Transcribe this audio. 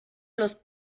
los